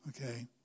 Okay